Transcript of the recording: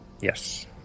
Yes